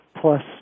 plus